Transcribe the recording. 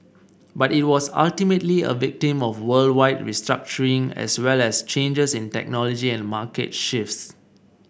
but it was ultimately a victim of worldwide restructuring as well as changes in technology and market shifts